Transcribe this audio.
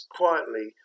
quietly